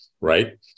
right